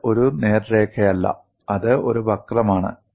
ഇത് ഒരു നേർരേഖയല്ല അത് ഒരു വക്രമാണ്